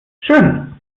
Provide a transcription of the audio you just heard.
schön